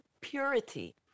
purity